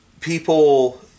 people